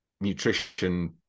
nutrition